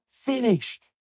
finished